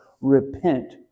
repent